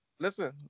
Listen